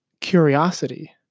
curiosity